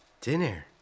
dinner